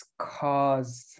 caused